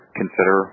consider